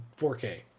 4k